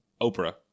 Oprah